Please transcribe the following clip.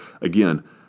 again